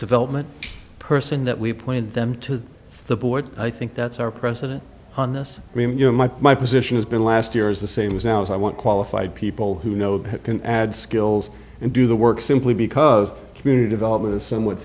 development person that we appoint them to the board i think that's our president on this i mean you know my my position has been last year is the same as now i want qualified people who know they can add skills and do the work simply because community development is somewhat